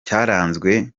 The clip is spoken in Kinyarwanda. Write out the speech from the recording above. cyaranzwe